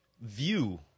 view